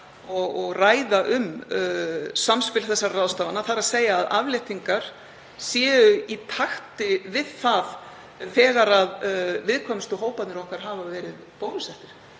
að ræða um samspil þessara ráðstafana, þ.e. að afléttingar séu í takt við það þegar viðkvæmustu hóparnir okkar hafa verið bólusettir.